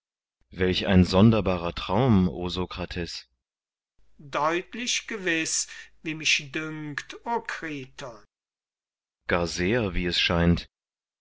welch ein sonderbarer traum o sokrates sokrates deutlich gewiß wie mich dünkt o kriton kriton gar sehr wie es scheint